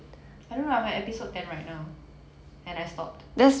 I don't know I'm at episode ten right now and I stopped